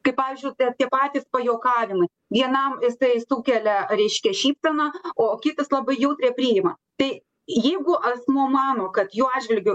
kaip pavyzdžiui tie tie patys pajuokavimai vienam jisai sukelia reiškia šypseną o kitas labai jautriai priima tai jeigu asmuo mano kad jo atžvilgiu